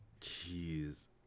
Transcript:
Jeez